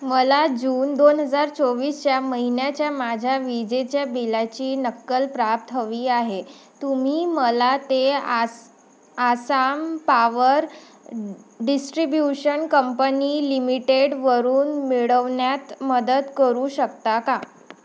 मला जून दोन हजार चोवीसच्या महिन्याच्या माझ्या विजेच्या बिलाची नक्कल प्रत हवी आहे तुम्ही मला ते आस आसाम पॉवर डिस्ट्रीब्यूशन कंपनी लिमिटेडवरून मिळवण्यात मदत करू शकता का